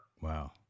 Wow